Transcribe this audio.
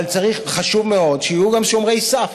אבל מצד אחר חשוב מאוד שיהיו גם שומרי סף.